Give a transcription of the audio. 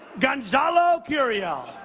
gonzalo curiel.